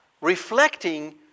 reflecting